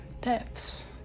deaths